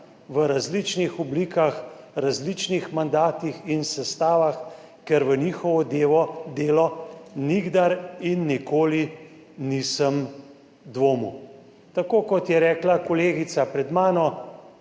v različnih oblikah, različnih mandatih in sestavah, ker v njihovo delo nikdar in nikoli nisem dvomil. Tako kot je rekla kolegica pred mano,